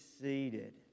seated